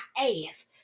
ass